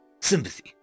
Sympathy